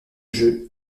jeu